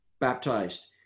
Baptized